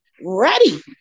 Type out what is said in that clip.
ready